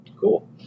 Cool